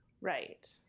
Right